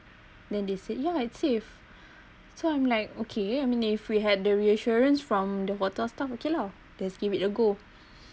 then they said yeah it safe so I'm like okay I mean if we had the reassurance from the hotel staff okay lah just give it a go